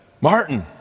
Martin